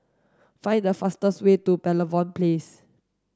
find the fastest way to Pavilion Place